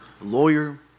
lawyer